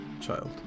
child